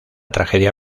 tragedia